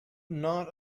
not